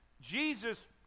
Jesus